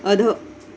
अधः